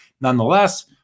Nonetheless